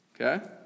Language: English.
okay